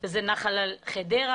וזה נחל חדרה,